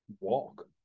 walk